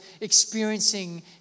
experiencing